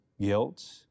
guilt